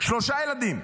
שלושה ילדים,